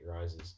rises